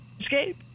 escape